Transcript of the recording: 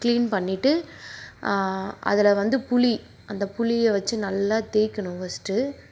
clean பண்ணிவிட்டு அதில் வந்து புளி அந்த புளியை வச்சு நல்லா தேய்க்கணும் ஃபர்ஸ்ட்டு